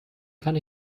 kann